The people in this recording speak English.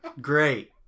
Great